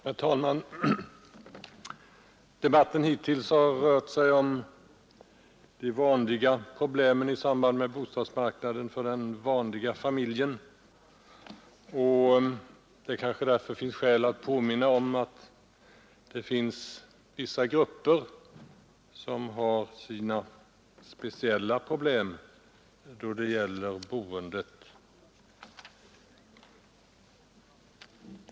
Herr talman! Debatten hittills har rört sig om de vanliga problemen i samband med bostadsmarknaden för den vanliga familjen, och det kanske därför finns skäl att påminna om att det finns vissa grupper som har sina speciella problem då det gäller boendet.